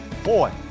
Boy